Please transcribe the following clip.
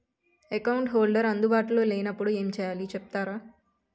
Account holder అందు బాటులో లే నప్పుడు ఎం చేయాలి చెప్తారా?